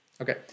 Okay